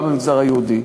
גם במגזר היהודי.